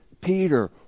Peter